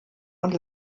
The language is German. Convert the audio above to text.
und